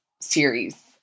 series